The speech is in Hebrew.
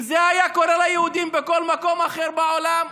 אם זה היה קורה ליהודים בכל מקום אחר בעולם,